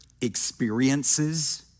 experiences